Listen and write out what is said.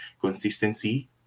consistency